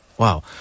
Wow